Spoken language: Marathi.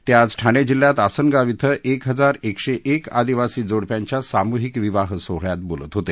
ते आज ठाणे जिल्ह्यात आसनगाव श्व एक हजार एकशे एक आदिवासी जोडप्यांच्या सामूहिक विवाह सोहळ्यात बोलत होते